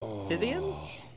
Scythians